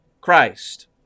Christ